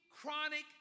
chronic